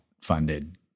funded